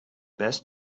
best